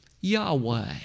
Yahweh